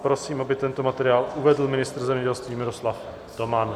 Prosím, aby tento materiál uvedl ministr zemědělství Miroslav Toman.